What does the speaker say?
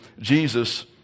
Jesus